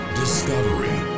discovery